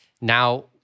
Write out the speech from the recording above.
now